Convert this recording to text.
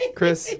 Chris